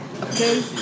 okay